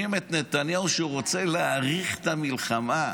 אתם גם העזתם בחלק מהמקומות,